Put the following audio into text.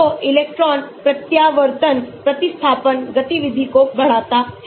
तो इलेक्ट्रॉन प्रत्यावर्तन प्रतिस्थापन गतिविधि को बढ़ाता है